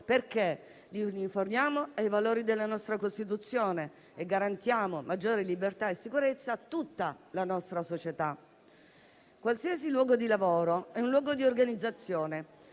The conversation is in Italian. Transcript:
lavoratori in divisa ai valori della nostra Costituzione e garantiamo maggiore libertà e sicurezza a tutta la nostra società. Qualsiasi posto di lavoro è un luogo di organizzazione